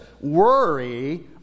worry